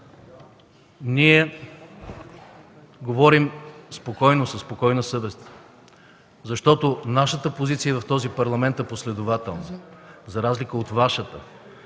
ние говорим спокойно, със спокойна съвест, защото нашата позиция в този Парламент е последователна за разлика от Вашата,